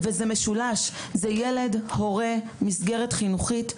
מדובר במשולש, בין הילד, להורה, למסגרת החינוכית.